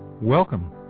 Welcome